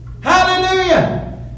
Hallelujah